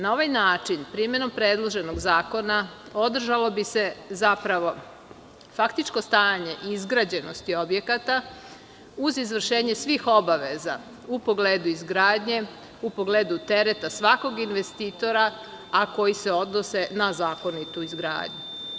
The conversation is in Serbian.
Na ovaj način, primenom predloženog zakona, održalo bi se faktičko stanje izgrađenosti objekata, uz izvršenje svih obaveza u pogledu izgradnje, u pogledu tereta svakog investitora, a koji se odnose na zakonitu izgradnju.